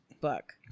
book